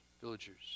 villagers